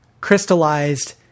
crystallized